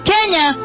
Kenya